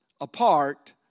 apart